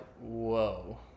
whoa